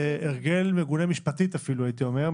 זה הרגל מגונה משפטית אפילו, הייתי אומר.